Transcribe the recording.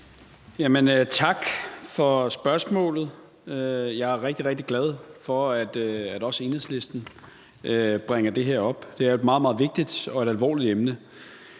tak for spørgsmålet. Jeg er rigtig, rigtig glad for, at også Enhedslisten bringer det her op. Det er et meget, meget vigtigt og alvorligt emne.